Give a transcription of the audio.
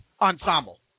ensemble